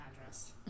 address